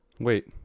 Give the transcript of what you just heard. Wait